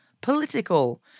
political